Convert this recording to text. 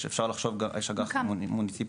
אפשר לחשוב גם על אג"ח מוניציפליות,